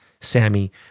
Sammy